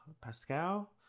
Pascal